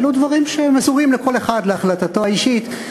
אלו דברים שמסורים לכל אחד להחלטתו האישית.